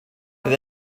bydd